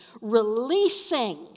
releasing